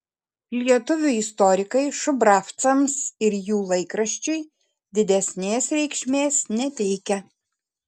lietuvių istorikai šubravcams ir jų laikraščiui didesnės reikšmės neteikia